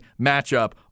matchup